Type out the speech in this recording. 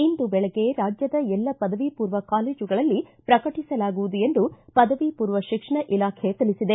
ಇಂದು ಬೆಳಗ್ಗೆ ರಾಜ್ವದ ಎಲ್ಲಾ ಪದವಿ ಪೂರ್ವ ಕಾಲೇಜುಗಳಲ್ಲಿ ಪ್ರಕಟಿಸಲಾಗುವುದು ಎಂದು ಪದವಿ ಪೂರ್ವ ಶಿಕ್ಷಣ ಇಲಾಖೆ ತಿಳಿಬಿದೆ